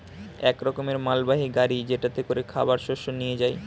এক রকমের মালবাহী গাড়ি যেটাতে করে খাবার শস্য নিয়ে যায়